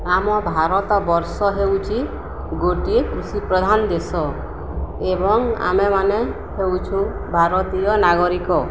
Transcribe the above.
ଆମ ଭାରତ ବର୍ଷ ହେଉଛି ଗୋଟିଏ କୃଷିପ୍ରଧାନ ଦେଶ ଏବଂ ଆମେମାନେ ହେଉଛୁ ଭାରତୀୟ ନାଗରିକ